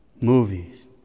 movies